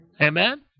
Amen